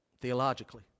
Theologically